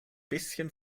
bisschen